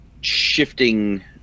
shifting